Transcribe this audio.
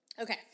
okay